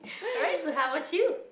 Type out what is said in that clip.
alright so how about you